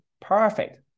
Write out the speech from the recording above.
perfect